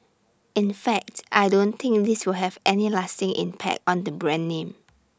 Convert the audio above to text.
in fact I don't think this will have any lasting impact on the brand name